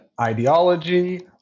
ideology